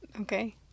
Okay